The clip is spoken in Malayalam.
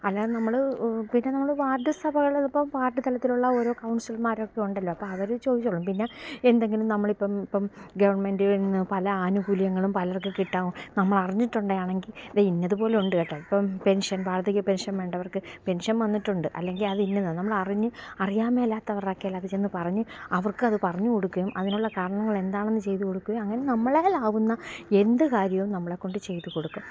അല്ലാതെ നമ്മൾ പിന്നെ നമ്മൾ വാർഡ് സഭകൾ ഇപ്പം വാർഡ് തലത്തിലുള്ള ഒരു കൗൺസിലർമാരൊക്കെ ഉണ്ടല്ലോ അപ്പം അവർ ചോദിച്ചോളും പിന്നെ എന്തെങ്കിലും നമ്മൾ ഇപ്പം ഇപ്പം ഗവൺമെൻറ്റീന്ന് പല ആനുകൂല്യങ്ങളും പലർക്ക് കിട്ടാം നമ്മൾ അറിഞ്ഞിട്ടുണ്ടെങ്കിൽ ആണെങ്കിൽ ദേ ഇന്നത് പോലുണ്ട് കെട്ടോ ഇപ്പം പെൻഷൻ വാർദ്ധക്യ പെൻഷൻ വേണ്ടവർക്ക് പെൻഷൻ വന്നിട്ടുണ്ട് അല്ലെങ്കിൽ അത് ഇന്നതാ നമ്മൾ അറിഞ്ഞ് അറിയാൻമേലാത്തവരുടെ അടുക്കൽ അത് ചെന്ന് പറഞ്ഞ് അവർക്കത് പറഞ്ഞ് കൊടുക്കുകയും അതിനുള്ള കാരണങ്ങൾ എന്താണെന്ന് ചെയ്ത് കൊടുക്കുകയും അങ്ങനെ നമ്മളാൽ ആവുന്ന എന്ത് കാര്യവും നമ്മളെക്കൊണ്ട് ചെയ്ത് കൊടുക്കും